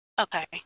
Okay